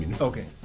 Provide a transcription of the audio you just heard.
okay